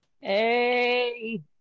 Hey